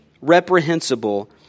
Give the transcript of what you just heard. reprehensible